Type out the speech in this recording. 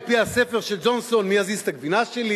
על-פי הספר של ג'ונסון "מי הזיז את הגבינה שלי",